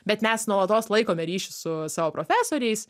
bet mes nuolatos laikome ryšį su savo profesoriais